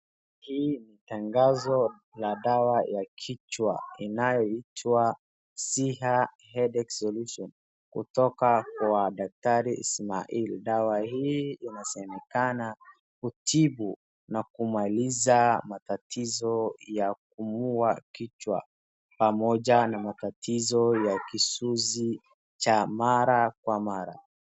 Hii ni tangazo la dawa ya kichwa inayoitwa SIHA HEADACHE SOLUTION kutoka kwa daktari Ismail. Dawa hii inasemekana kutibu na kumaliza matatizo ya kuumwa kichwa pamoja na matatizo ya kisuzi cha mara kwa mara.